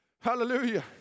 Hallelujah